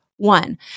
One